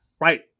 Right